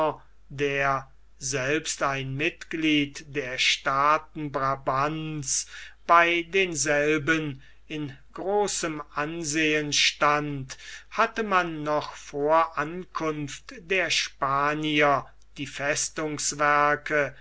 der selbst ein mitglied der staaten brabants bei denselben in großem ansehen stand hatte man noch vor ankunft der spanier die